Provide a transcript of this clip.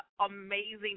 amazing